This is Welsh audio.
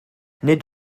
nid